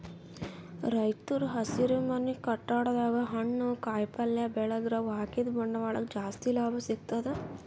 ರೈತರ್ ಹಸಿರುಮನೆ ಕಟ್ಟಡದಾಗ್ ಹಣ್ಣ್ ಕಾಯಿಪಲ್ಯ ಬೆಳದ್ರ್ ಅವ್ರ ಹಾಕಿದ್ದ ಬಂಡವಾಳಕ್ಕ್ ಜಾಸ್ತಿ ಲಾಭ ಸಿಗ್ತದ್